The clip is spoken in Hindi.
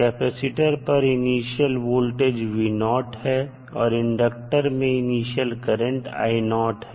कैपेसिटर पर इनिशियल वोल्टेज है और इंडक्टर में इनिशियल करंट है